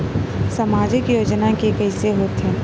सामाजिक योजना के कइसे होथे?